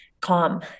calm